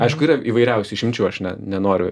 aišku yra įvairiausių išimčių aš ne nenoriu